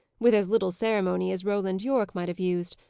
with as little ceremony as roland yorke might have used,